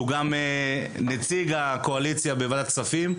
שהוא גם נציג הקואליציה בוועדת הכספים.